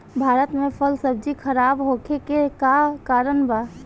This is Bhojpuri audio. भारत में फल सब्जी खराब होखे के का कारण बा?